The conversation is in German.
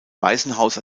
waisenhaus